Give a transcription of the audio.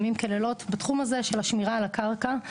בתחום הזה של השמירה על הקרקע.